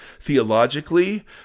theologically